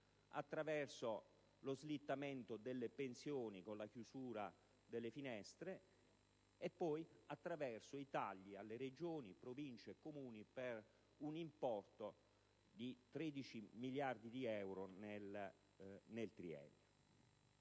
attraverso lo slittamento delle pensioni con la chiusura delle finestre, e poi attraverso i tagli alle Regioni, Province e Comuni per un importo di 13 miliardi di euro nel triennio.